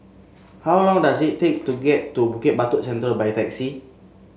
how long does it take to get to Bukit Batok Central by taxi